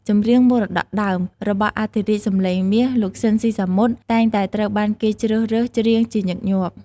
ចម្រៀងមរតកដើម របស់អធិរាជសម្លេងមាស លោក ស៊ីន ស៊ីសាមុត តែងតែត្រូវបានគេជ្រើសរើសច្រៀងជាញឹកញាប់។